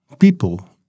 people